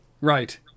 Right